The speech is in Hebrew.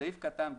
ב) בסעיף קטן (ב),